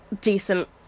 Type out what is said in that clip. decent